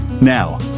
Now